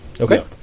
Okay